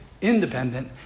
independent